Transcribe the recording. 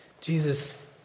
Jesus